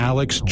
Alex